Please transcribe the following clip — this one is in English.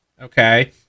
Okay